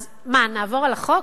אז מה, נעבור על החוק?